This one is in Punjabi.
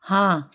ਹਾਂ